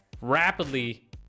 rapidly